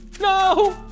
No